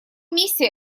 миссия